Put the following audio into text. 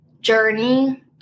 journey